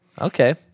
Okay